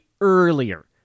earlier